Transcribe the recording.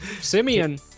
Simeon